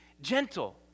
gentle